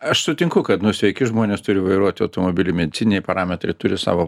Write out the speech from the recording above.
aš sutinku kad nu sveiki žmonės turi vairuoti automobilį mintiniai parametrai turi savo